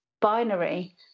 binary